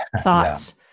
thoughts